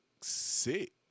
sick